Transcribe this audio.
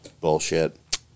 Bullshit